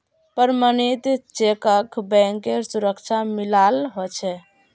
प्रमणित चेकक बैंकेर सुरक्षा मिलाल ह छे